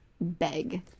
Beg